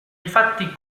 infatti